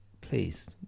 please